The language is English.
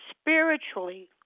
spiritually